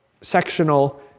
sectional